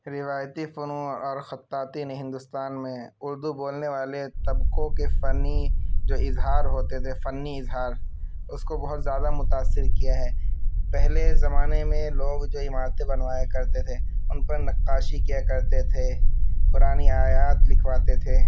روایتی فنون اور خطاطی نے ہندوستان میں اردو بولنے والے طبقوں کے فنی جو اظہار ہوتے تھے فنی اظہار اس کو بہت زیادہ متاثر کیا ہے پہلے زمانے میں لوگ جو عمارتیں بنوایا کرتے تھے ان پر نقاشی کیا کرتے تھے قرآنی آیات لکھواتے تھے